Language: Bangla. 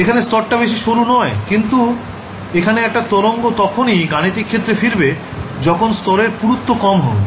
এখানে স্তরটা বেশি সরু নয় কিন্তু এখানে একটা তরঙ্গ তখনই গাণিতিক ক্ষেত্রে ফিরবে যখন স্তরের পুরুত্ব কম থাকবে